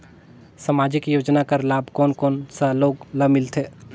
समाजिक योजना कर लाभ कोन कोन सा लोग ला मिलथे?